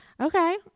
Okay